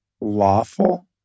lawful